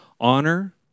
Honor